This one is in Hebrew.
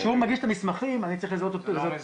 כשהוא מגיש את המסמכים אני צריך לזהות אותו פיזית,